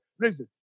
Listen